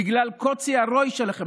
בגלל קוצר הרואי שלכם.